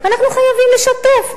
אנחנו חייבים לשתף,